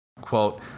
Quote